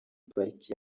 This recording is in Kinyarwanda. pariki